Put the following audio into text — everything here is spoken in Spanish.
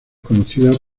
conocida